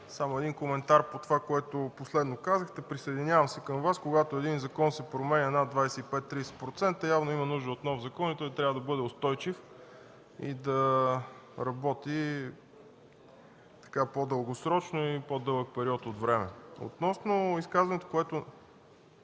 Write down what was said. само един коментар по това, което казахте последно. Присъединявам се към Вас, че когато един закон се променя над 25-30%, явно има нужда от нов закон – той трябва да бъде устойчив и да работи по-дълъг период от време. Относно изказването, което